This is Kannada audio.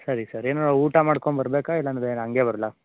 ಸರಿ ಸರ್ ಏನಾದ್ರು ಊಟ ಮಾಡ್ಕೊಂಡ್ಬರ್ಬೇಕಾ ಇಲ್ಲಂದರೆ ಹಾಗೆ ಬರಲಾ